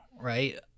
right